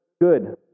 good